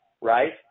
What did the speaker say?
right